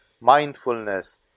mindfulness